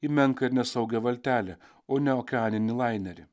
į menką ir nesaugią valtelę o ne okeaninį lainerį